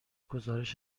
گزارش